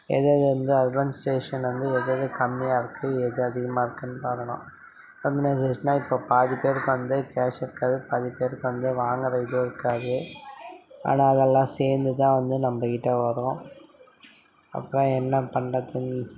எது எது வந்து அர்பன்சேஷன் வந்து எது எது கம்மியாக இருக்கு எது அதிகமாக இருக்குன்னு பார்க்கணும் அர்பனைசேஷன்னா இப்போ பாதி பேருக்கு வந்து கேஷ் இருக்காது பாதி பேருக்கு வந்து வாங்குகிற இது இருக்காது ஆனால் அதெல்லாம் சேர்ந்து தான் வந்து நம்மகிட்ட வரும் அப்போ என்ன பண்றதுன்னா